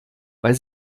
weil